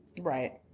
Right